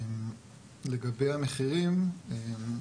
לגבי המחירים,